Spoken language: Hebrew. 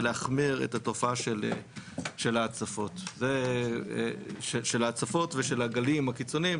ולהחמיר את התופעה של ההצפות ושל הגלים הקיצוניים,